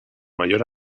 mayor